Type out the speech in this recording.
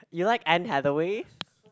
you like Anne Hathaway